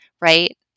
right